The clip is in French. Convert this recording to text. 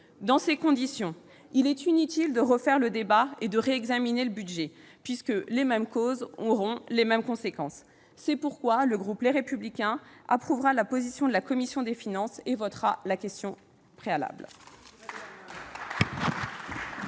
Dans ces conditions, il est inutile de refaire le débat et de réexaminer le budget : les mêmes causes auront en effet les mêmes conséquences. C'est pourquoi le groupe Les Républicains approuvera la position de la commission des finances et votera la motion tendant